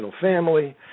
family